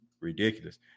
ridiculous